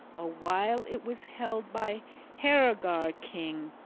a while it was held by heorogar king,